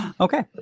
Okay